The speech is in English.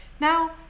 now